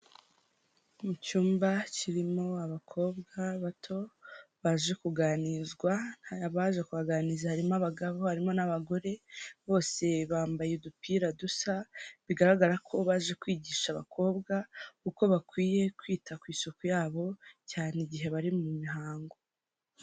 Mu cyumba kirimo abakobwa bato baje kuganirizwa, abaje kubaganiriza harimo abagabo harimo n'abagore, bose bambaye udupira dusa, bigaragara ko baje kwigisha abakobwa uko bakwiye kwita ku isuku yabo cyane igihe bari mu mihango.